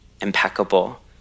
impeccable